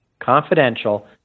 confidential